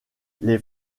les